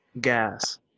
Gas